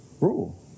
rule